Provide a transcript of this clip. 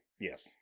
Yes